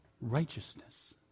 Righteousness